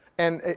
and,